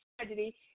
tragedy